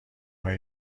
های